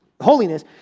holiness